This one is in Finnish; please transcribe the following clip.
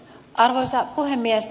arvoisa puhemies